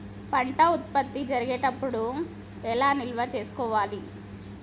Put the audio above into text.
పంట ఉత్పత్తి జరిగేటప్పుడు ఎలా నిల్వ చేసుకోవాలి?